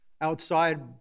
outside